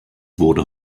wurde